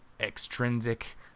extrinsic